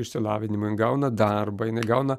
išsilavinimą jin gauna darbą jinai gauna